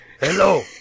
Hello